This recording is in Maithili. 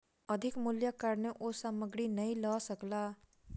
अधिक मूल्यक कारणेँ ओ सामग्री नै लअ सकला